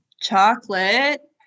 Chocolate